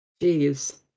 Jeez